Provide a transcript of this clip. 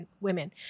Women